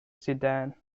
sedan